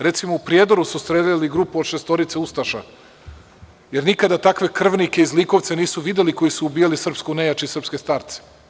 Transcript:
Recimo, u Prijedoru su streljali grupu od šestoricu ustaša, jer nikada takve krvnike i zlikovce nisu videli, koji su ubijali srpsku nejač i srpske starce.